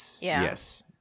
Yes